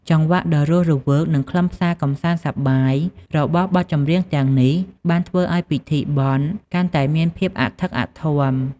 ចង្វាក់ដ៏រស់រវើក និងខ្លឹមសារកម្សាន្តសប្បាយរបស់បទចម្រៀងទាំងនេះបានធ្វើឱ្យពិធីបុណ្យកាន់តែមានភាពអធិកអធម។